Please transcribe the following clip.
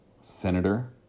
senator